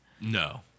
No